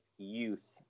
youth